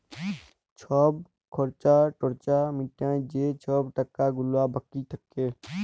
ছব খর্চা টর্চা মিটায় যে ছব টাকা গুলা বাকি থ্যাকে